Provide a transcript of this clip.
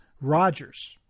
Rogers